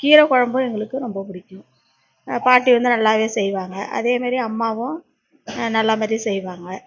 கீரை குழம்பும் எங்களுக்கு ரொம்ப பிடிக்கும் பாட்டி வந்து நல்லாவே செய்வாங்க அதேமாரி அம்மாவும் நல்லமாரி செய்வாங்க